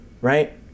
right